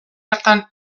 hartan